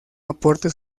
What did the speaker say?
aporte